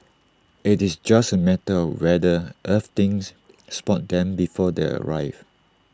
IT is just A matter of whether Earthlings spot them before they arrive